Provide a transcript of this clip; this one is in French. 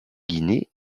guinée